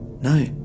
No